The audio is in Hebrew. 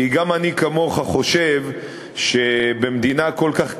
כי גם אני, כמוך, חושב שבמדינה כל כך קטנה,